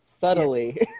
subtly